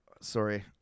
sorry